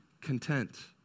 content